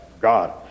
God